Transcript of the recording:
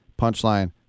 punchline